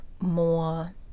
more